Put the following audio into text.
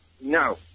No